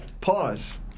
Pause